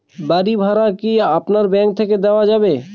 বাড়ী ভাড়া কি আপনার ব্যাঙ্ক থেকে দেওয়া যাবে?